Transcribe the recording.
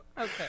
Okay